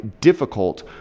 difficult